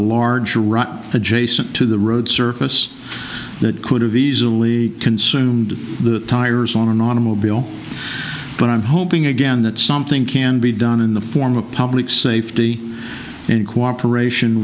right adjacent to the road surface that could have easily consumed the tires on an automobile but i'm hoping again that something can be done in the form of public safety in cooperation